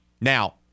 Now